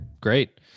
great